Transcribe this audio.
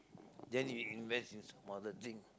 then you invest in some other thing